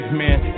man